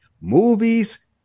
movies